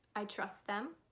i trust them.